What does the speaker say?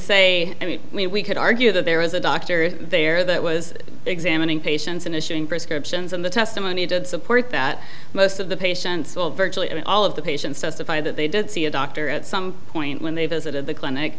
say i mean we could argue that there is a doctor there that was examining patients and issuing prescriptions and the testimony did support that most of the patients all virtually all of the patients testify that they did see a doctor at some point when they visited the clinic